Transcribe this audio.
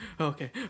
Okay